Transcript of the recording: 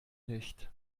nicht